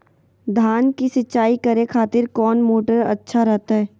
धान की सिंचाई करे खातिर कौन मोटर अच्छा रहतय?